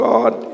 God